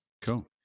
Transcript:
Cool